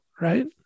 right